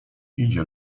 idzie